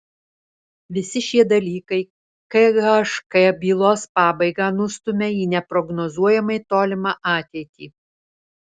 visi šie dalykai khk bylos pabaigą nustumia į neprognozuojamai tolimą ateitį